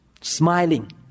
smiling